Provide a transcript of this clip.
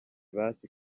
basi